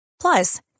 Plus